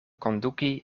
konduki